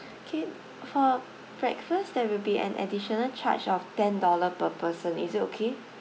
okay for breakfast there will be an additional charge of ten dollars per person is it okay